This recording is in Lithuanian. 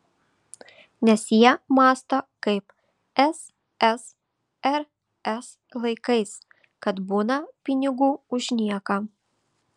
nes jie mąsto kaip ssrs laikais kad būna pinigų už nieką